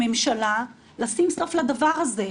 כממשלה לשים סוף לדבר הזה,